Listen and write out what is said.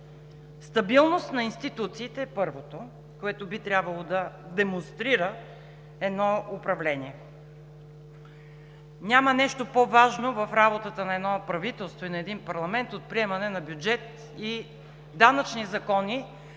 Стабилност на институциите е първото, което би трябвало да демонстрира едно управление. Няма нещо по-важно в работата на едно правителство, на един парламент от приемане на бюджет и данъчни закони,